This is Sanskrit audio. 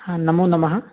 हा नमो नमः